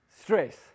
stress